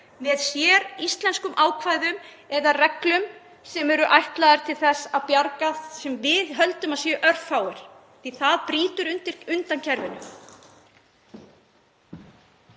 með séríslenskum ákvæðum eða reglum sem er ætlað að bjarga þeim sem við höldum að séu örfáir. Það brýtur undan kerfinu.